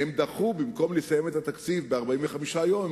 אלא שבמקום לסיים את התקציב ב-45 יום,